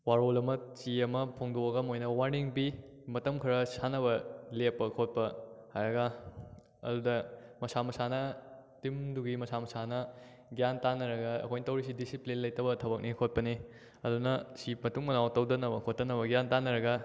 ꯋꯥꯔꯣꯜ ꯑꯃ ꯆꯦ ꯑꯃ ꯐꯣꯡꯗꯣꯛꯑꯒ ꯃꯣꯏꯅ ꯋꯥꯔꯅꯤꯡ ꯄꯤ ꯃꯇꯝ ꯈꯔ ꯁꯥꯟꯅꯕ ꯂꯦꯞꯄ ꯈꯣꯠꯄ ꯍꯥꯏꯔꯒ ꯑꯗꯨꯗ ꯃꯁꯥ ꯃꯁꯥꯅ ꯇꯤꯝꯗꯨꯒꯤ ꯃꯁꯥ ꯃꯁꯥꯅ ꯒ꯭ꯌꯥꯟ ꯇꯥꯅꯔꯒ ꯑꯩꯈꯣꯏꯅ ꯇꯧꯔꯤꯁꯤ ꯗꯤꯁꯤꯄ꯭ꯂꯤꯟ ꯂꯩꯇꯕ ꯊꯕꯛꯅꯤ ꯈꯣꯠꯄꯅꯤ ꯑꯗꯨꯅ ꯁꯤ ꯃꯇꯨꯡ ꯃꯅꯥꯎ ꯇꯧꯗꯅꯕ ꯈꯣꯠꯇꯅꯕ ꯒ꯭ꯌꯥꯟ ꯇꯥꯅꯔꯒ